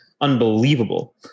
unbelievable